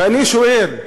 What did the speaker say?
ואני שואל,